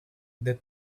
they